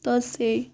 ତ ସେ